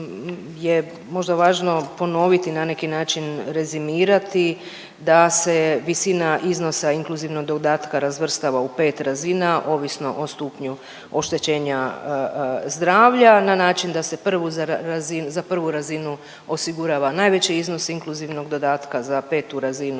je možda važno ponoviti na neki način rezimirati da se visina iznosa inkluzivnog dodatka razvrstava u pet razina ovisno o stupnju oštećenja zdravlja na način da se za prvu razinu osigurava najveći iznos inkluzivnog dodatka, za petu razinu